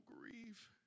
grieve